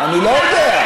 אני לא יודע.